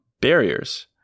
barriers